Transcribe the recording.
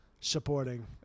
supporting